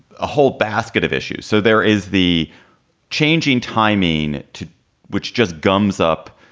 a whole basket of issues, so there is the changing timing to which just gums up